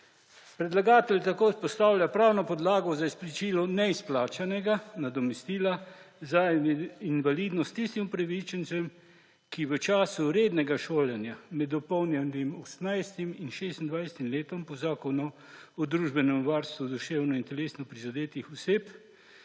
Predlagatelj tako vzpostavlja pravno podlago za izplačilo neizplačanega nadomestila za invalidnost tistim upravičencem, ki v času rednega šolanja med dopolnjenim 18. in 26. letom po Zakonu o družbenem varstvu duševno in telesno prizadetih oseb,